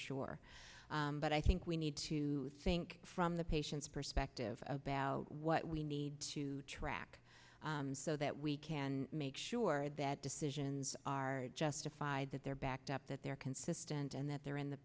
sure but i think we need to think from the patient's perspective about what we need to track so that we can make sure that decisions are justified that they're backed up that they're consistent and that they're in the